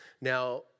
Now